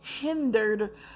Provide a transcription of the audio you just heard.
hindered